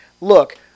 look